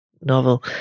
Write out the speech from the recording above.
novel